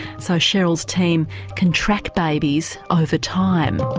so cheryl's team can track babies over time.